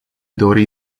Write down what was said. dori